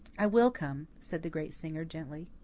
i will come, said the great singer, gently.